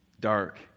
Dark